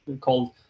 called